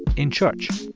in church.